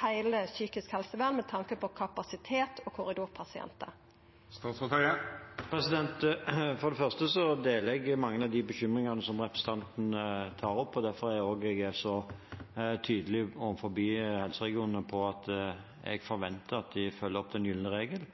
heile det psykiske helsevernet med tanke på kapasitet og korridorpasientar? For det første deler jeg mange av de bekymringene som representanten tar opp, derfor er jeg også tydelig overfor helseregionene på at jeg forventer at de følger opp den gylne regel.